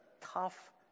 tough